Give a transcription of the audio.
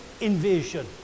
invasion